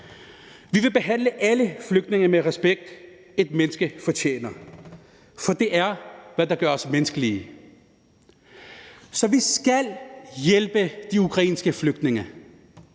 Vi vil behandle alle flygtninge med den respekt, som et menneske fortjener, for det er det, der gør os menneskelige. Så vi skal hjælpe de ukrainske flygtninge,